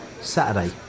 Saturday